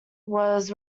was